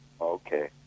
okay